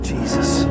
Jesus